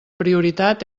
prioritat